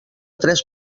tres